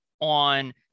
on